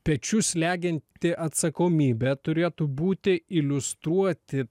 pečius slegianti atsakomybė turėtų būti iliustruoti